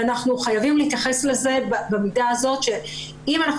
ואנחנו חייבים להתייחס לזה במידה הזאת שאם אנחנו